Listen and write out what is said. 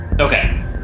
Okay